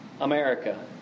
America